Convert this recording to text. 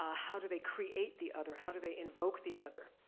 ah how do they create the other, how do they invoke the other?